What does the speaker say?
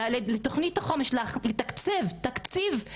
לתוכנית החומש לתקצב תקציב,